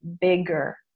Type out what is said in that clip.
bigger